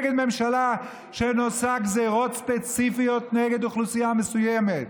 נגד ממשלה שעושה גזרות ספציפיות נגד אוכלוסייה מסוימת.